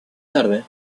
tarde